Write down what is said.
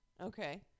Okay